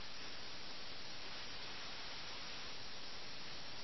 ഇത് സംഭവിക്കുമ്പോൾ പോലും നമ്മുടെ രണ്ട് കളിക്കാരും അതിനെ കുറിച്ച് ആശങ്ക ഉള്ളവർ അല്ല